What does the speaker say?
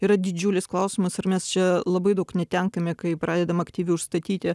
yra didžiulis klausimas ir mes čia labai daug netenkame kai pradedam aktyviai užstatyti